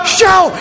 show